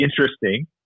Interesting